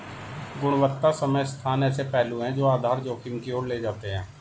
गुणवत्ता समय स्थान ऐसे पहलू हैं जो आधार जोखिम की ओर ले जाते हैं